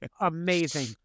amazing